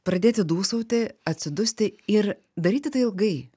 pradėti dūsauti atsidusti ir daryti tai ilgai